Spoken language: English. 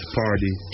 party